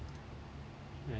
right